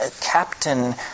captain